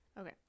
Okay